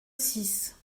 six